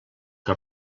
que